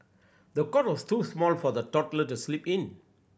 the cot was too small for the toddler to sleep in